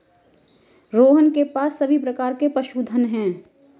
रोहन के पास सभी प्रकार के पशुधन है